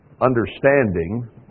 understanding